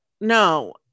No